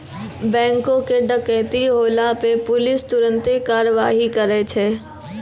बैंको के डकैती होला पे पुलिस तुरन्ते कारवाही करै छै